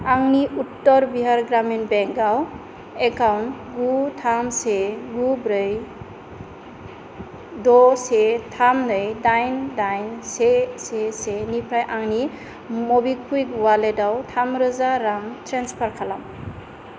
आंनि उत्तर बिहार ग्रामिन बेंकआव एकाउन्ट गु थाम से गु ब्रै द' से थाम नै दाइन दाइन से से से निफ्राय आंनि मबिक्वुइक अवालेटाव थामरोजा रां ट्रेन्सफार खालाम